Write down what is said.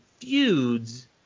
feuds